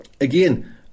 again